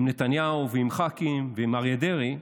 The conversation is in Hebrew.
עם נתניהו ועם ח"כים ועם אריה דרעי,